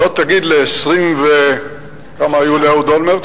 לא תגיד ל-20 ו-; כמה היו לאהוד אולמרט?